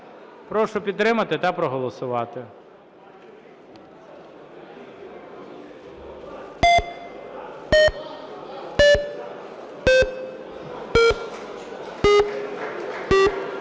Прошу підтримати та проголосувати?